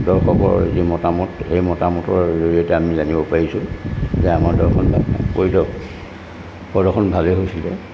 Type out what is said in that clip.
দৰ্শকৰ যি মতামত সেই মতামতৰ জৰিয়তে আমি জানিব পাৰিছোঁ যে আমাৰ দৰ্শন পৰিদৰ্শ প্ৰদৰ্শন ভালেই হৈছিলে